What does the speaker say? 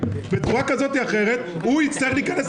בצורה כזאת או אחרת הוא יצטרך להיכנס